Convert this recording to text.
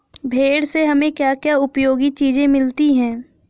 भेड़ से हमें क्या क्या उपयोगी चीजें मिलती हैं?